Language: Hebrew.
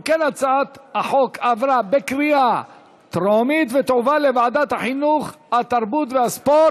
גם הצעה זו תועבר לוועדת החינוך, התרבות והספורט.